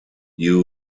you